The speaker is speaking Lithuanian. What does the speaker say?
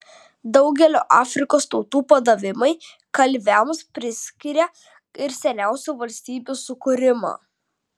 daugelio afrikos tautų padavimai kalviams priskiria ir seniausių valstybių sukūrimą